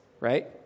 right